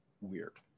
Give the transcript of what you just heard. Weird